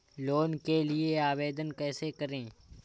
Loan के लिए आवेदन कैसे करें?